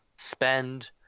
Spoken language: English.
Spend